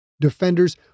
Defenders